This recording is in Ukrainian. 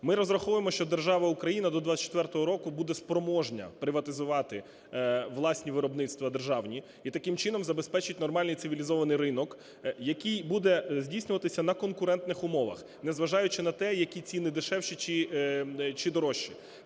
Ми розраховуємо, що держава Україна до 2024 року буде спроможна приватизувати власні виробництва державні і таким чином забезпечить нормальний цивілізований ринок, який буде здійснюватися на конкурентних умовах, незважаючи на те, які ціни дешевші чи дорожчі.